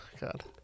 God